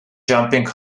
jumping